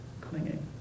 clinging